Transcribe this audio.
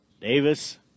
Davis